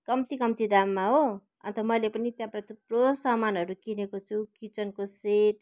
कम्ती कम्ती दाममा हो अन्त मैले पनि त्यहाँबाट थुप्रो सामानहरू किनेको छु किचनको सेट